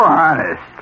honest